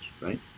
right